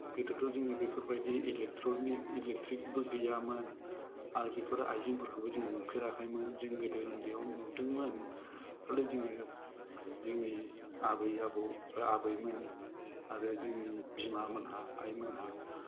गोदोथ' जोंनि बेफोरबादि इलेक्ट्रनिक इलेक्ट्रिक बो गैयामोन आरो बेफोरो आइजेंफोरखौबो जोङो नुफेराखैमोन जों गोदो उन्दैयाव नुदोंमोन खालि जोङो जोंनि आबै आबौ आबैमोन आरो जोंनि बिमा मोनहा आइ मोनहा